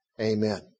amen